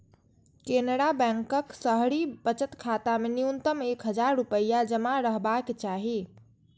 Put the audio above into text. केनरा बैंकक शहरी बचत खाता मे न्यूनतम एक हजार रुपैया जमा रहबाक चाही